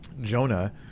Jonah